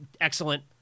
Excellent